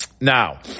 Now